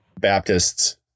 Baptists